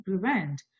prevent